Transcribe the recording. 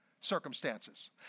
circumstances